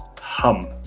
hum